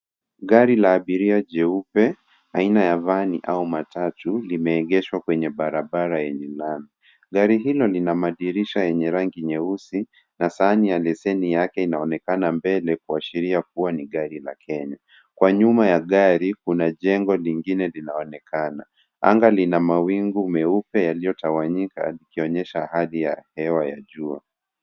Gari la abiria jeupe aina ya van au matatu lime egeshwa kwenye barabara yenye lami. Gari hilo lina madirisha yenye rangi nyeusi na sahani ya leseni yake inaonekana mbele kuashiria kuwa ni gari la Kenya. Kwa nyuma ya gari kuna jengo lingine linaonekana anga lina mawingu meupe yaliyo tawanyika ikionyesha hali ya hewa ya jua.